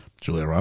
Julia